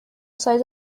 سایز